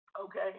Okay